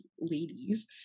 ladies